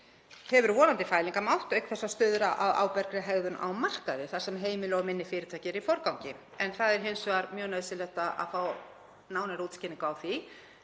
hefur vonandi fælingarmátt auk þess að stuðla að ábyrgri hegðun á markaði þar sem heimili og minni fyrirtæki eru í forgangi. En það er hins vegar mjög nauðsynlegt að fá nánari útskýringu á því